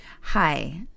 Hi